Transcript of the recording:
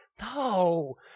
No